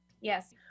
Yes